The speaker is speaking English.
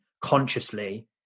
consciously